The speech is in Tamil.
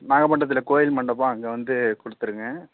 நாகப்பட்டினத்துல கோவில் மண்டபம் அங்கே வந்து கொடுத்துருங்க